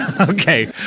Okay